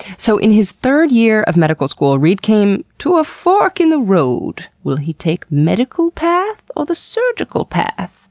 so in his third year of medical school, reid came to a fork in the road, will he take the medical path, or the surgical path?